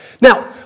Now